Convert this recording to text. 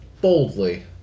boldly